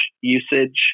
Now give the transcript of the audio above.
usage